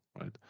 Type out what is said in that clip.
right